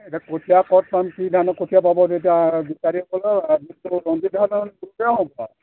এতিয়া কঠীয়া ক'ত পাম কি ধানৰ কঠীয়া পাব এতিয়া